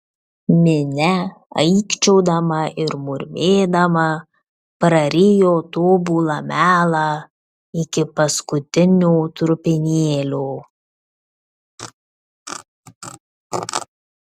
minia aikčiodama ir murmėdama prarijo tobulą melą iki paskutinio trupinėlio